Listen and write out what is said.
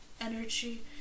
energy